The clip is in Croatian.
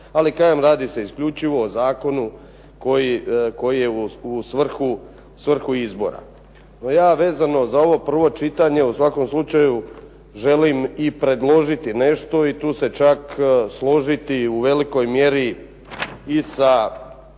Ali kažem, radi se isključivo u zakonu koji je u svrhu izbora. No ja vezano za ovo prvo čitanje u svakom slučaju želim i predložiti nešto i tu se čak složiti u velikoj mjeri i sa